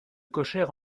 cochère